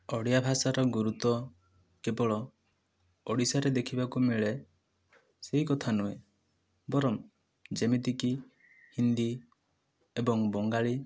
ଓଡ଼ିଆ ଭାଷାର ଗୁରୁତ୍ୱ କେବଳ ଓଡ଼ିଶାରେ ଦେଖିବାକୁ ମିଳେ ସେହି କଥା ନୁହେଁ ବରଂ ଯେମିତିକି ହିନ୍ଦୀ ଏବଂ ବଙ୍ଗାଳୀ